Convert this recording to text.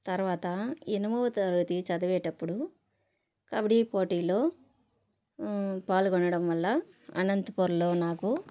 తర్వాత ఎనిమో తరగతి చదివేటప్పుడు కబడీ పోటీలో పాల్గొనడం వల్ల అనంతపూర్లో నాకు